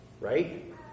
Right